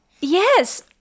Yes